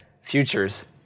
Futures